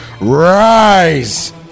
Rise